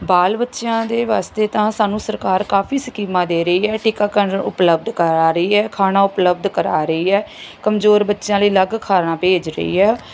ਬਾਲ ਬੱਚਿਆਂ ਦੇ ਵਾਸਤੇ ਤਾਂ ਸਾਨੂੰ ਸਰਕਾਰ ਕਾਫੀ ਸਕੀਮਾਂ ਦੇ ਰਹੀ ਹੈ ਟੀਕਾਕਰਨ ਉਪਲਬਧ ਕਰਾ ਰਹੀ ਹੈ ਖਾਣਾ ਉਪਲਬਧ ਕਰਾ ਰਹੀ ਹੈ ਕਮਜ਼ੋਰ ਬੱਚਿਆਂ ਲਈ ਅਲੱਗ ਖਾਣਾ ਭੇਜ ਰਹੀ ਆ